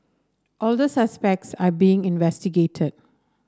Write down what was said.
all the suspects are being investigated